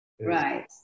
Right